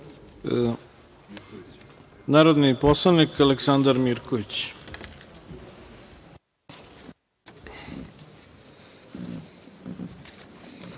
Hvala. Narodni poslanik Aleksandar Mirković.